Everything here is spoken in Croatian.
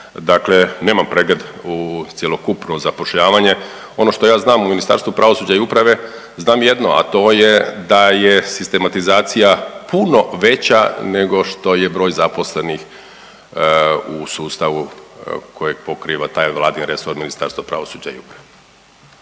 Dakle, nemam pregled u cjelokupno zapošljavanje. Ono što ja znam u Ministarstvu pravosuđa i uprave znam jedno, a to je da je sistematizacija puno veća nego što je broj zaposlenih u sustavu kojeg pokriva taj vladin resor Ministarstvo pravosuđa i uprave.